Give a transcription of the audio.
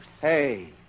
Hey